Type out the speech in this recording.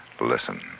Listen